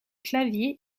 clavier